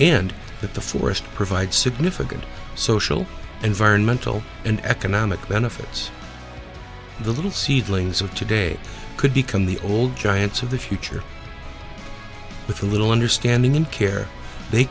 that the forest provide significant social environmental and economic benefits the little seedlings of today could become the old giants of the future with little understanding and care they